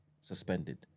suspended